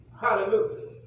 Hallelujah